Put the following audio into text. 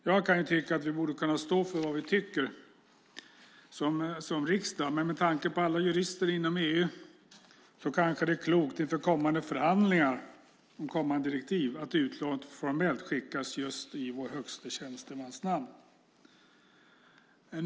Jag kan ju tycka att vi borde kunna stå för vad vi tycker som riksdag, men med tanke på alla jurister inom EU kanske det är klokt inför förhandlingar om kommande direktiv att utlåtandet skickas just i vår högste tjänstemans namn.